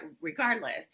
regardless